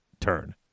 turn